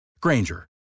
Granger